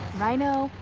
rhino,